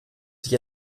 sich